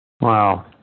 Wow